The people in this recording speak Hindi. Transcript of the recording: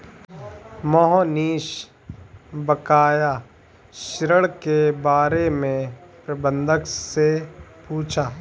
मोहनीश बकाया ऋण के बारे में प्रबंधक से पूछा